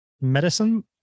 medicine